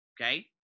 Okay